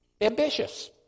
ambitious